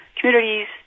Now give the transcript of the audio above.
communities